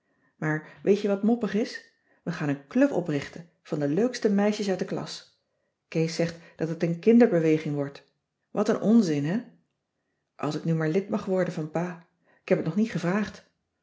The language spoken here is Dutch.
maar weet je wat moppig is we gaan een club oprichten van de leukste meisjes uit de klas kees zegt dat het een kinderbeweging wordt wat een onzin hè als ik nu maar lid mag worden van pa ik heb t nog niet gevraagd